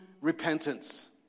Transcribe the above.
repentance